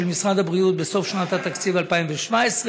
משרד הבריאות בסוף שנת התקציב 2017,